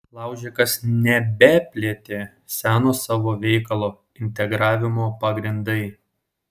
laužikas nebeplėtė seno savo veikalo integravimo pagrindai